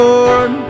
Lord